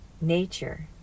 nature